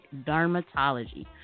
dermatology